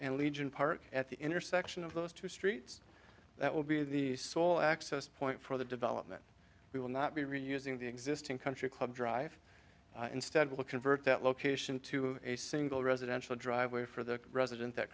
and legion park at the intersection of those two streets that will be the sole access point for the development we will not be reusing the existing country club drive instead will convert that location to a single residential driveway for the resident